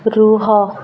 ରୁହ